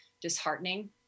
disheartening